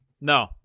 no